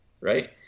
right